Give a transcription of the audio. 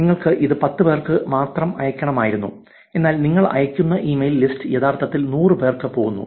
നിങ്ങൾക്ക് ഇത് 10 പേർക്ക് മാത്രം അയയ്ക്കണമായിരുന്നു എന്നാൽ നിങ്ങൾ അയയ്ക്കുന്ന ഇമെയിൽ ലിസ്റ്റ് യഥാർത്ഥത്തിൽ 100 പേർക്ക് പോകുന്നു